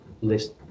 list